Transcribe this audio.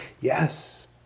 Yes